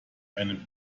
ein